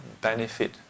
benefit